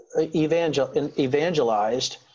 evangelized